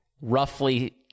Roughly